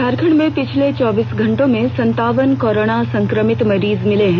झारखंड में पिछले चौबीस घंटों में संतावन कोरोना संक्रमित मरीज मिले हैं